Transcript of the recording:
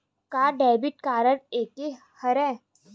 का debit credit एके हरय?